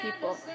people